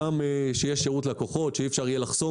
גם שיהיה שירות לקוחות שאי-אפשר יהיה לחסום